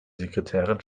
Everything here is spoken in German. sekretärin